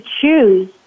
choose